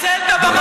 טלב,